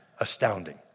Astounding